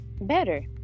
better